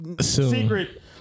Secret